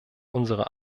unserer